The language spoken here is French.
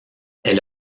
elle